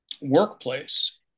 workplace